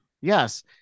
Yes